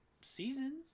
seasons